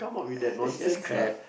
that's just crap